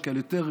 יש כאלה